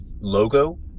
logo